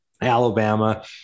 Alabama